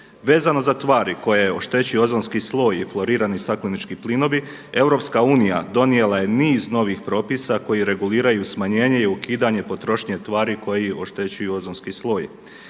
Vezano za tvari koje oštećuju ozonski sloj i florirani staklenički plinovi EU donijela je niz novih propisa koji reguliraju smanjenje i ukidanje potrošnje tvari koji oštećuju ozonski sloj.